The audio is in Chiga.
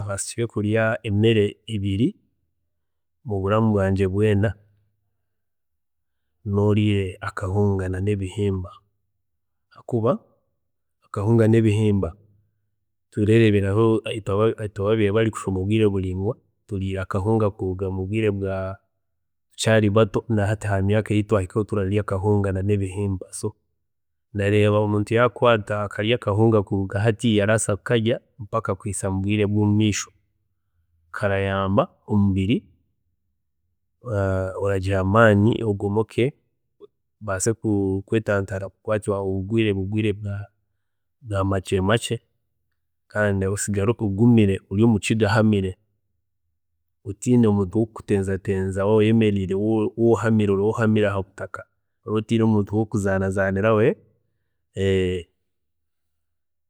﻿Ensi kurya emere ibiri oburamu bwangye bwoona noriire akahunga n'ebihimba habwokuba akahunga n'ebihimba turereeberaho nkeitwe ababiire bari kushoma obwiire bureingwa turiire akahunga kuruga mubwiire tukyaari bato nahati hamyaaka eyi twahikaho turarya akahunga n'ebihimba, so ndareeba omuntu yakwaata akarya akahunga kuruga nka hatiya, arabaasa kukarya paka kuhisa mubwiire bwomumeisho, karayamba omubiri, oragira amaani ogomoke obaase kwetantara kukwatibwa omubwiire bwamaani makye makye kandi osigare ogumire ori omukiga ahamire, otiine omuntu wokukutenza tenza, waaba oyemeriire oraba ohamire, oraba ohamire habutaka oraba otiine muntu arabaasa kukuzaaniraho